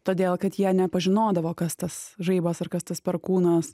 todėl kad jie nepažinodavo kas tas žaibas ar kas tas perkūnas